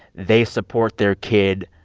they support their kid,